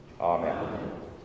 Amen